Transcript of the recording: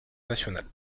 nationale